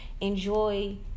enjoy –